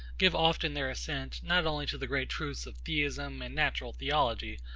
give often their assent, not only to the great truths of theism and natural theology,